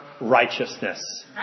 righteousness